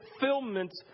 fulfillment